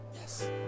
yes